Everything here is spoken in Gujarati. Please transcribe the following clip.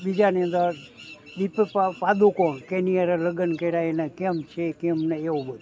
બીજાની અંદર દિપીકા પાદુકોણ કોની સાથે લગ્ન કર્યા એને કેમ છે કેમ નહીં એવું બધું